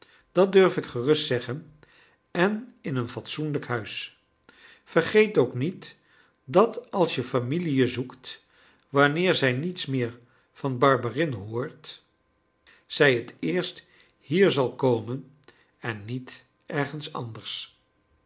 dat durf ik gerust zeggen en in een fatsoenlijk huis vergeet ook niet dat als je familie je zoekt wanneer zij niets meer van barberin hoort zij het eerst hier zal komen en niet ergens anders